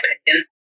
opinion